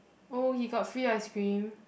oh he got free ice cream